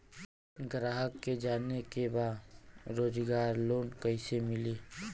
ग्राहक के जाने के बा रोजगार लोन कईसे मिली?